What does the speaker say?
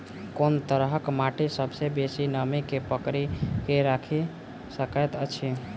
कोन तरहक माटि सबसँ बेसी नमी केँ पकड़ि केँ राखि सकैत अछि?